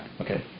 Okay